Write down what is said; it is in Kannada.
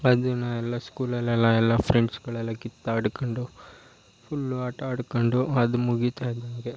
ಅದನ್ನು ಎಲ್ಲ ಸ್ಕೂಲಲ್ಲೆಲ್ಲ ಎಲ್ಲ ಫ್ರೆಂಡ್ಸ್ಗಳೆಲ್ಲ ಕಿತ್ತಾಡಿಕೊಂಡು ಫುಲ್ಲು ಆಟ ಆಡಿಕೊಂಡು ಅದು ಮುಗಿತಾ ಇದ್ದಂತೆ